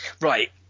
right